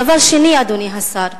דבר שני, אדוני השר,